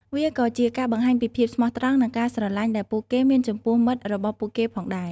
វាក៏ជាការបង្ហាញពីភាពស្មោះត្រង់និងការស្រលាញ់ដែលពួកគេមានចំពោះមិត្តរបស់ពួកគេផងដែរ។